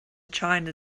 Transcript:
china